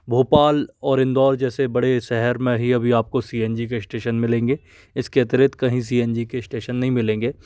भोपाल और इंदौर जैसे बड़े शहर में ही अभी आपको सी एन जी के इस्टेशन मिलेंगे इसके अतिरिक्त कहीं सी एन जी के इस्टेशन नहीं मिलेंगे